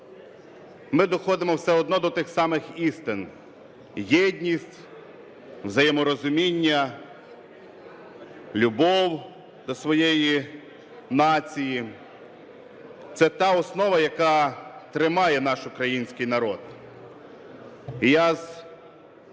ми доходимо все одно до тих самих істин. Єдність, взаєморозуміння, любов до своєї нації – це та основа, яка тримає наш український народ.